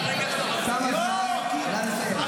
אדוני השר.